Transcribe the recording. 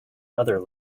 other